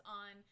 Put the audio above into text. on